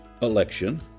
election